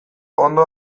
ondo